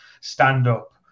stand-up